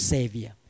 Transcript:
Savior